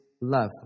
love